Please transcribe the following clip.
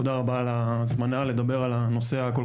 תודה רבה על ההזמנה לדבר על הנושא הכול